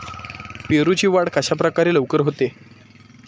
पेरूची वाढ कशाप्रकारे लवकर होते?